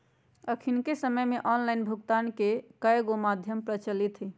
अखनिक समय में ऑनलाइन भुगतान के कयगो माध्यम प्रचलित हइ